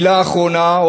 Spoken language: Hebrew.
מילה אחרונה,